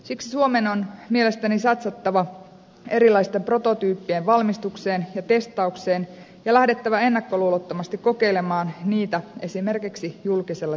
siksi suomen on mielestäni satsattava erilaisten prototyyppien valmistukseen ja testaukseen ja lähdettävä ennakkoluulottomasti kokeilemaan niitä esimerkiksi julkisella sektorilla